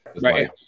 right